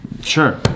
sure